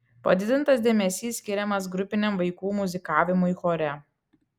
padidintas dėmesys skiriamas grupiniam vaikų muzikavimui chore